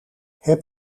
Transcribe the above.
heb